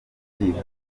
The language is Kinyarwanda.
bujurire